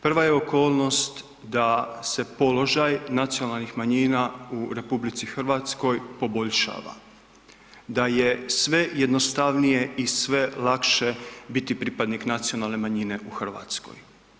Prva je okolnost da se položaj nacionalnih manjina u RH poboljšava, da je sve jednostavnije i sve lakše biti pripadnik nacionalne manjine u RH.